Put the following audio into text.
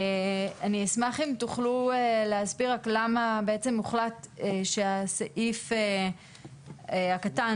אני אשמח אם תוכלו להסביר רק למה הוחלט שהסעיף הקטן,